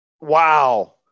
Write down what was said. Wow